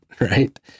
right